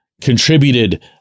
contributed